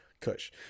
kush